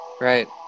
Right